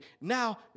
Now